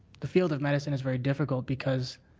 the field of medicine is very difficult because,